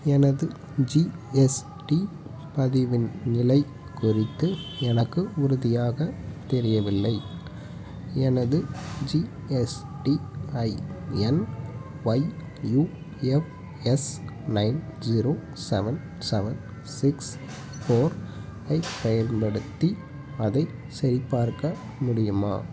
எனது ஜிஎஸ்டி பதிவின் நிலை குறித்து எனக்கு உறுதியாக தெரியவில்லை எனது GSTIN YUFS nine zero seven seven six four ஐப் பயன்படுத்தி அதை சரிபார்க்க முடியுமா